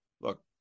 look